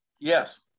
Yes